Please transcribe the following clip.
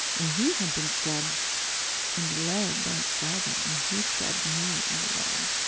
and he had been stabbed in the leg by his father and he stabbed me in the leg,